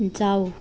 जाऊ